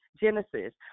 genesis